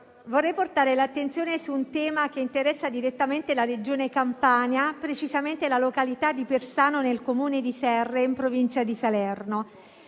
vorrei portare l'attenzione su un tema che interessa direttamente la Regione Campania e precisamente la località di Persano, nel Comune di Serre, in provincia di Salerno,